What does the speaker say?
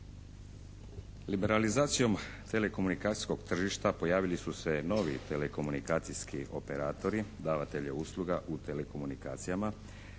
Liberalizacijom telekomunikacijskog tržišta pojavili su se novi telekomunikacijski operatori, davatelji usluga u telekomunikacijama